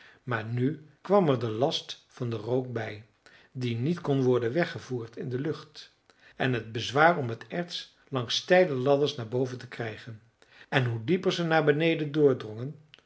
maar nu kwam er de last van den rook bij die niet kon worden weggevoerd in de lucht en het bezwaar om het erts langs steile ladders naar boven te krijgen en hoe dieper ze naar beneden doordrongen